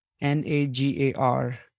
N-A-G-A-R